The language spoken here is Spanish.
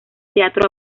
teatro